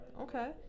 Okay